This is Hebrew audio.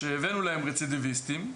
כשהבאנו להם רצידיביסטים,